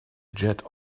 jetted